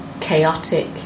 chaotic